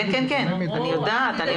אני יודעת.